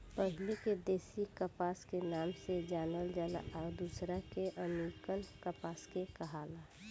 पहिले के देशी कपास के नाम से जानल जाला आ दुसरका के अमेरिकन कपास के कहाला